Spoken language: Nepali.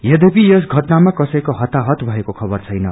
यद्यपि यस घटनामा कर्तैको हताहत भएको खबर छैन